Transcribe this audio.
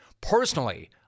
Personally